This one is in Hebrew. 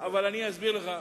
אני אסביר לך.